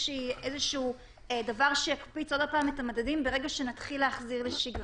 איזשהו דבר שיקפיץ עוד הפעם את המדדים ברגע שנתחיל להחזיר לשגרה.